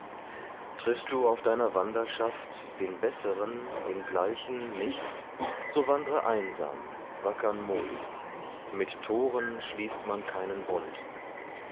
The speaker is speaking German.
triffst du auf deiner wanderschaft den besseren den gleichen nicht so wandre einsam wackern muts mit toren schließt man keinen bund